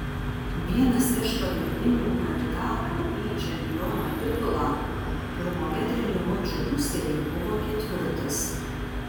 vienas iš pagrindinių kandidatų į čempiono titulą pirmoje treniruočių pusėje buvo ketvirtas